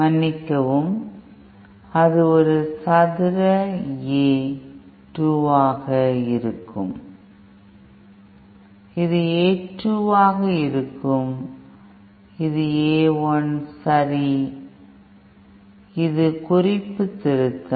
மன்னிக்கவும் அது ஒரு 1 சதுர A 2 ஆக இருக்கும் இது A 2 ஆக இருக்கும் இது A 1 சரி இது குறிப்பு திருத்தம்